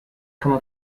komma